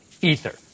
Ether